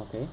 okay